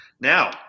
Now